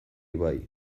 bai